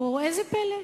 וראה איזה פלא,